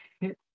hit